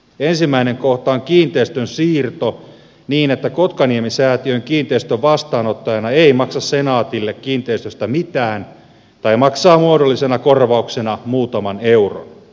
ensimmäinen kohta on kiinteistön siirto niin että kotkaniemi säätiö kiinteistön vastaanottajana ei maksa senaatille kiinteistöstä mitään tai maksaa muodollisena korvauksena muutaman euron